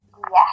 Yes